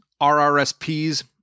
RRSPs